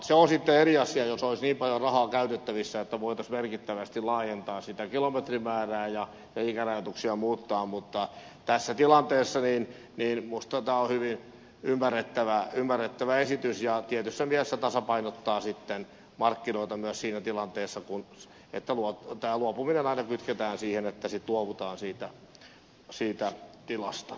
se on sitten eri asia jos olisi niin paljon rahaa käytettävissä että voitaisiin merkittävästi laajentaa sitä kilometrimäärää ja ikärajoituksia muuttaa mutta tässä tilanteessa minusta tämä on hyvin ymmärrettävä esitys ja tietyssä mielessä tasapainottaa sitten markkinoita kun tämä luopuminen aina kytketään siihen että sitten luovutaan siitä tilasta